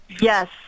Yes